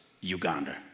Uganda